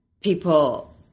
people